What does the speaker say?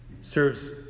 Serves